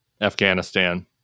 Afghanistan